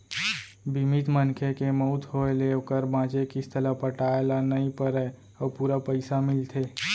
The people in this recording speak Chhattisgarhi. बीमित मनखे के मउत होय ले ओकर बांचे किस्त ल पटाए ल नइ परय अउ पूरा पइसा मिलथे